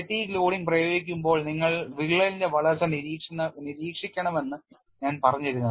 Fatigue loading പ്രയോഗിക്കുമ്പോൾ നിങ്ങൾ വിള്ളലിന്റെ വളർച്ച നിരീക്ഷിക്കണമെന്ന് ഞാൻ പറഞ്ഞിരുന്നു